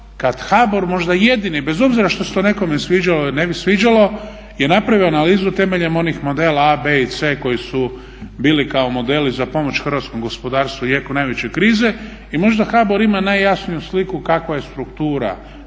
HBOR možda jedini bez obzira što se to nekome sviđalo ili ne bi sviđao je napravio analizu temeljem onih modela A, B i C koji su bili kao modeli za pomoć hrvatskom gospodarstvu u jeku najveće krize. I možda HBOR ima najjasniju sliku kakva je struktura, kakva